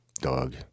Dog